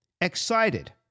excited